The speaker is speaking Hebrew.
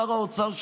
שר האוצר,